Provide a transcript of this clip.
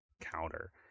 counter